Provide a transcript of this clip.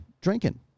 drinking